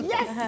Yes